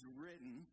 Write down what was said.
written